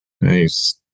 Nice